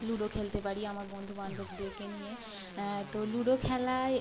ludo খেলতে পারি আমার বন্ধু বান্ধবদেরকে নিয়ে তো লুডো খেলায়